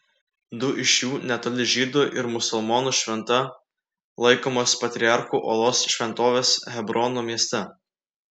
du iš jų netoli žydų ir musulmonų šventa laikomos patriarchų olos šventovės hebrono mieste